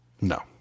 No